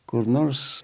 kur nors